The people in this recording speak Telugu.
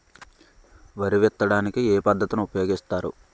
వరి విత్తడానికి ఏ పద్ధతిని ఉపయోగిస్తారు?